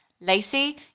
Lacey